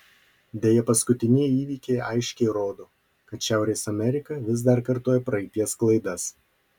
deja paskutinieji įvykiai aiškiai rodo kad šiaurės amerika vis dar kartoja praeities klaidas